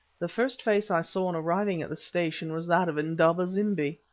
the first face i saw on arriving at the station was that of indaba-zimbi.